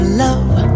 love